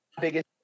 biggest